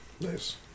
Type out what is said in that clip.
Nice